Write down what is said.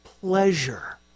pleasure